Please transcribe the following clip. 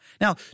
Now